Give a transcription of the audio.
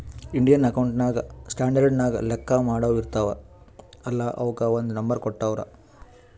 Indian accounting standard ನಾಗ್ ಲೆಕ್ಕಾ ಮಾಡಾವ್ ಇರ್ತಾವ ಅಲ್ಲಾ ಅವುಕ್ ಒಂದ್ ನಂಬರ್ ಕೊಟ್ಟಾರ್